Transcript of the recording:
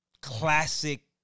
classic